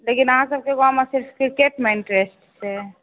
लेकिन अहाँ सभकेँ गाँवमे सिर्फ क्रिकेटमे इन्ट्रेस्ट छै